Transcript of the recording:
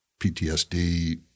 PTSD